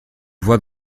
vois